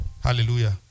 Hallelujah